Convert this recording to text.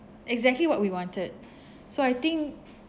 exactly what we wanted so I think